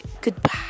Goodbye